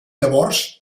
llavors